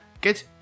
good